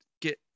get